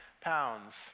pounds